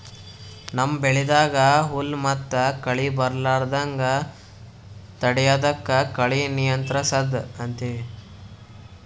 ನಮ್ಮ್ ಬೆಳಿದಾಗ್ ಹುಲ್ಲ್ ಮತ್ತ್ ಕಳಿ ಬರಲಾರದಂಗ್ ತಡಯದಕ್ಕ್ ಕಳಿ ನಿಯಂತ್ರಸದ್ ಅಂತೀವಿ